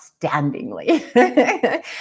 outstandingly